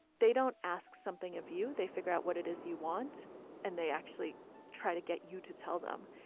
they don't ask something of you. they figure out what it is you want and they actually try to get you to tell them.